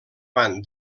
van